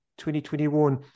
2021